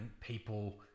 people